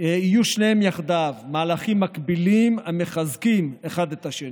יהיו שניהם יחדיו מהלכים מקבילים המחזקים אחד את השני.